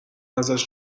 ازش